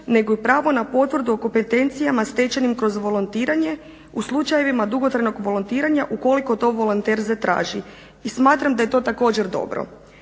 nego i pravo na potvrdu o kompetencijama stečenih kroz volontiranje u slučajevima dugotrajnog volontiranja ukoliko to volonter zatraži. I smatram da je to također dobro.